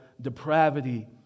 depravity